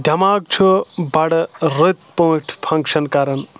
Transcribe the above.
دؠماغ چھُ بَڑٕ رٔتۍ پٲٹھۍ فنٛگشَن کَرَان